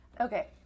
okay